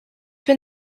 been